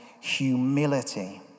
humility